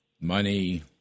money